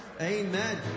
Amen